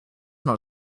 not